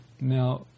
Now